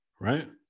right